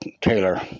Taylor